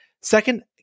Second